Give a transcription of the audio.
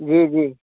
जी जी